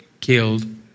killed